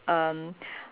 um